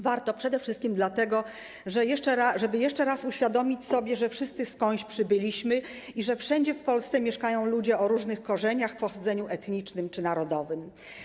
Warto przede wszystkim dlatego, żeby jeszcze raz uświadomić sobie, że wszyscy skądś przybyliśmy i że wszędzie w Polsce mieszkają ludzie o różnych korzeniach, pochodzeniu etnicznym czy narodowym.